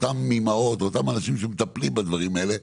כלפי אותן אימהות או אותם אנשים שמטפלים בדברים האלה,